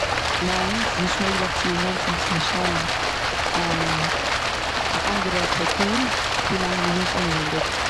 ניין ס'איז נישט מעגליך צו אינגאנצן צו פארשטיין א אנדערע קולטור ווי לאנג מ'איז נישט אינעווענדיג.